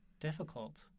difficult